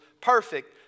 perfect